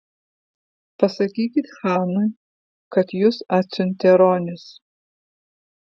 pasakykit chanui kad jus atsiuntė ronis